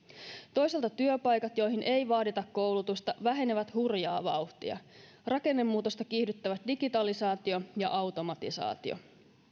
toisaalta työpaikat joihin ei vaadita koulutusta vähenevät hurjaa vauhtia rakennemuutosta kiihdyttävät digitalisaatio ja automatisaatio